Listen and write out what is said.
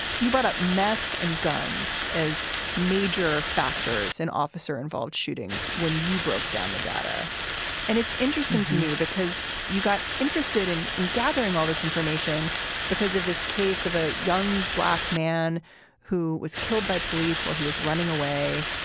you brought up meth and guns as major factors in officer involved shootings. when you broke down the data and it's interesting to me because you got interested in gathering all this information because of this case of a young black man who was killed by police while he was running away.